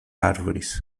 árvores